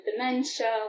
dementia